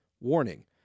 Warning